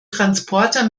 transporter